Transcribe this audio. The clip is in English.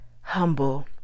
humble